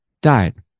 died